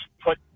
put